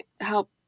help